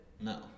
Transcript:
No